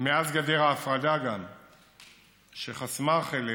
מאז גדר ההפרדה, שחסמה חלק,